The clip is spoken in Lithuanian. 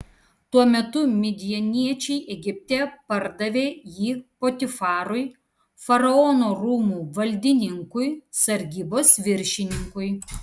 tuo metu midjaniečiai egipte pardavė jį potifarui faraono rūmų valdininkui sargybos viršininkui